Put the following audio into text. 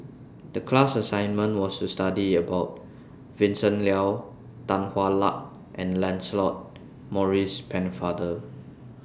The class assignment was to study about Vincent Leow Tan Hwa Luck and Lancelot Maurice Pennefather